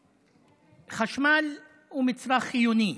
חשמל הוא מצרך חיוני.